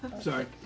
Sorry